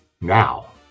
Now